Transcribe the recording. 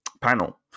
panel